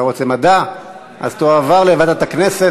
התשע"ד 2014, לוועדה שתקבע ועדת הכנסת